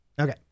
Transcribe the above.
okay